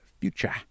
future